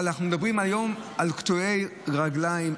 אבל אנחנו מדברים היום על קטועי רגליים,